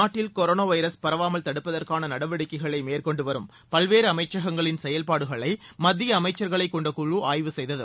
நாட்டில் corona virus பரவாமல் தடுப்பதற்கான நடவடிக்கைகளை மேற்கொண்டுவரும் பல்வேறு அமைச்சகங்களின் செயல்பாடுகளை மத்திய அமைச்சர்களை கொண்ட குழு ஆய்வு செய்தது